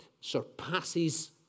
surpasses